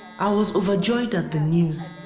i was overjoyed at the news.